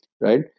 right